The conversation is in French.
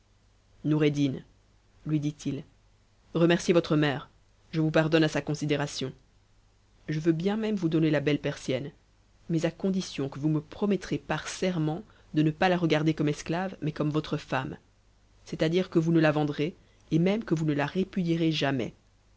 noureddin lui dit it remerciez votre mère je vous pardonne à sa considération je veux bien mên vous donner la belle persienne mais à condition que vous me promettrez par serment de ne pas la regarder comme esclave mais comme voth femme c'est-à-dire que vous ne la vendrez et même que vous ne la répudierez jamais